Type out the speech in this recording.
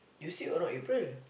you say around April